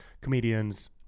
comedians